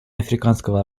африканского